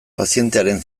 pazientearen